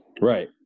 Right